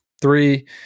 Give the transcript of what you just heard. three